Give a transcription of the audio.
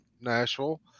Nashville